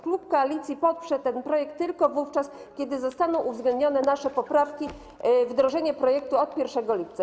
Klub koalicji poprze ten projekt tylko wówczas, kiedy zostaną uwzględnione nasze poprawki, wdrożenie projektu od 1 lipca.